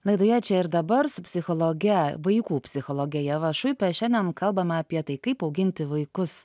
laidoje čia ir dabar su psichologe vaikų psichologe ieva šuipe šiandien kalbama apie tai kaip auginti vaikus